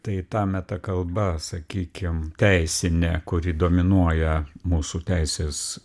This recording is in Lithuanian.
tai ta metakalba sakykim teisinė kuri dominuoja mūsų teisės